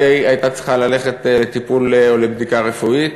הייתה צריכה ללכת לטיפול או לבדיקה רפואית.